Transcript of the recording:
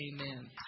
Amen